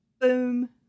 boom